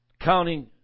counting